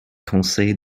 conseille